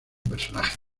personaje